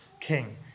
King